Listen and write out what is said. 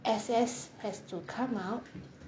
S_S has to come out